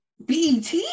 bet